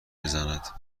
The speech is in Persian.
بزند